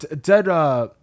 Dead